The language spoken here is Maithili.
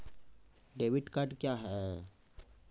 डेबिट कार्ड क्या हैं?